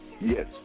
Yes